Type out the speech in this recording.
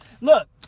Look